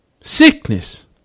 sickness